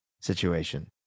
situation